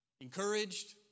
encouraged